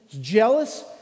jealous